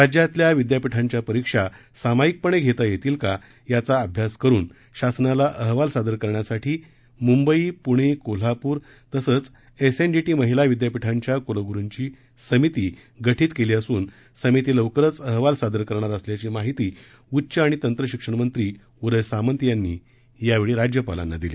राज्यातील विद्यापीठांच्या परिक्षा सामायिकपणे घेता येतील का याचा अभ्यास करुन शासनाला अहवाल सादर करण्यासाठी मुंबई पुणे कोल्हापूर तसंच एसएनडीटी महिला विद्यापीठांच्या कुलगुरुंची समिती गठीत केली असून समिती लवकरच अहवाल सादर करणार असल्याची माहिती उच्च आणि तंत्र शिक्षण मंत्री उदय सामंत यांनी यावेळी राज्यपालांना दिली